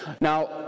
Now